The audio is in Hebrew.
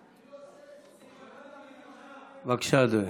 בבקשה, אדוני,